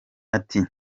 ati